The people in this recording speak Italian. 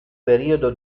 periodo